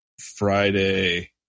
Friday